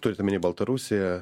turit omeny baltarusiją